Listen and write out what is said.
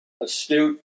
Astute